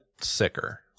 sicker